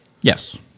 Yes